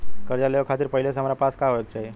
कर्जा लेवे खातिर पहिले से हमरा पास का होए के चाही?